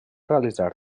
realitzar